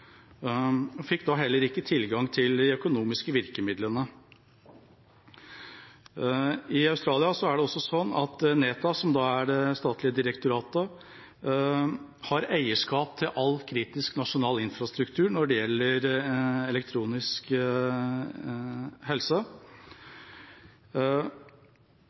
De fikk da heller ikke tilgang til de økonomiske virkemidlene. I Australia er det også sånn at NEHTA, som er det statlige direktoratet, har eierskap til all kritisk nasjonal infrastruktur når det gjelder elektronisk helse.